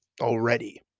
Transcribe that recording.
already